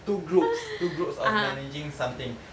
two groups two groups of managing something